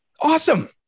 awesome